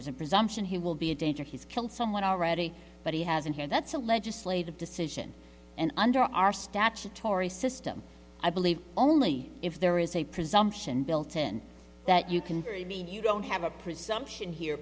a presumption he will be a danger he's killed someone already but he hasn't here that's a legislative decision and under our statutory system i believe only if there is a presumption bilton that you can bury me you don't have a presumption here